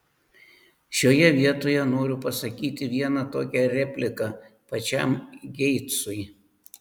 šioje vietoje noriu pasakyti vieną tokią repliką pačiam geitsui